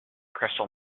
crystal